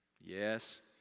Yes